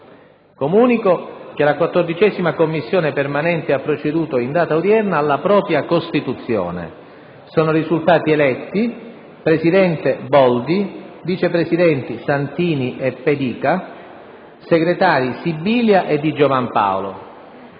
Comunico che la 14a Commissione permanente ha proceduto in data odierna alla propria costituzione. Sono risultati eletti: Presidente: Boldi; Vicepresidenti: Santini e Pedica; Segretari: Sibilia e Di Giovan Paolo.